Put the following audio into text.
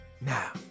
Now